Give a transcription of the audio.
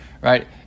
right